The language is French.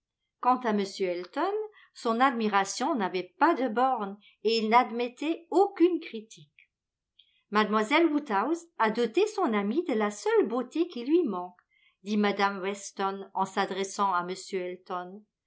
quant à m elton son admiration n'avait pas de bornes et il n'admettait aucune critique mlle woodhouse a doté son amie de la seule beauté qui lui manque dit mme weston en s'adressant à m elton